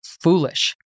foolish